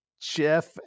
Jeff